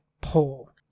pull